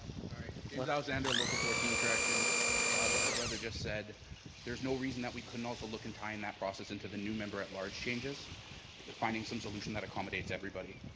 without xander local fourteen corrections what the brother just said there's no reason that we couldn't also look and tie in that process into the new member at large changes the finding some solution that accommodates everybody